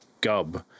Gub